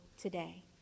today